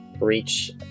reach